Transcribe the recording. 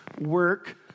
work